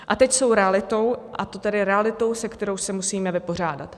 A teď jsou realitou, a to tedy realitou, se kterou se musíme vypořádat.